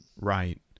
Right